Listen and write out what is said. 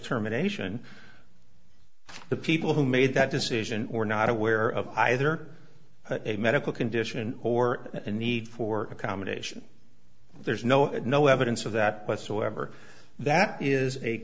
terminations the people who made that decision were not aware of either a medical condition or a need for accommodation there's no id no evidence of that whatsoever that is a